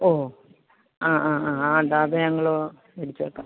ഓ ആ ആ ആ അത് ഞങ്ങൾ മേടിച്ച് വെക്കാം